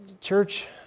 church